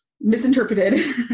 misinterpreted